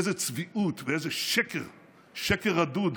איזו צביעות ואיזה שקר רדוד,